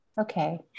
okay